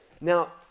Now